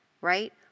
right